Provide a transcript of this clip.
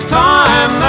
time